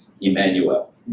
Emmanuel